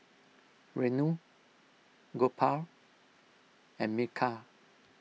Renu Gopal and Milkha